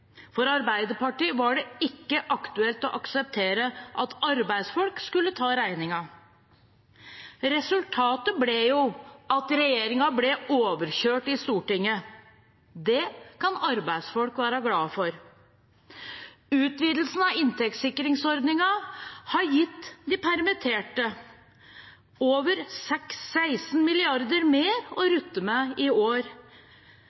For Arbeiderpartiet var det ikke aktuelt å akseptere at arbeidsfolk skulle ta regningen. Resultatet ble at regjeringen ble overkjørt i Stortinget. Det kan arbeidsfolk være glade for. Utvidelsen av inntektssikringsordningen har gitt de permitterte over 16 mrd. kr mer å